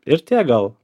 ir tiek gal